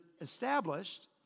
established